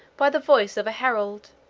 by the voice of a herald,